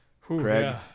Craig